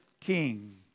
king